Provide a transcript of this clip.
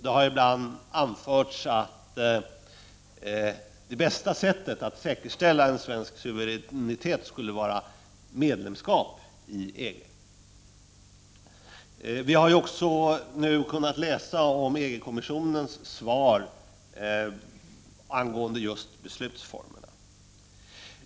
Det har ibland anförts att det bästa sättet att säkerställa en svensk suveränitet skulle vara ett medlemskap i EG. Vi har också kunnat läsa om EG-kommissionens svar på frågan om beslutsformerna.